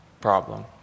problem